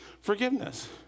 Forgiveness